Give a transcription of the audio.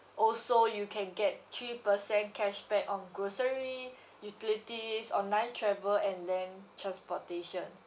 also you can get three percent cashback on grocery utilities online travel and then transportation